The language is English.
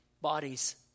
bodies